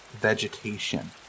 vegetation